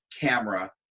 camera